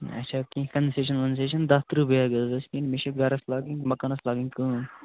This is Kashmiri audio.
اچھا کیٚنہہ کَنسیشَن وَنسیشَن داہ تٕرٛہ بیگ حظ ٲسۍ نِنۍ مےٚ چھِ گَرَس لاگٕنۍ مکانَس لاگٕنۍ کٲم